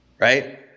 Right